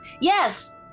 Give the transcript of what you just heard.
Yes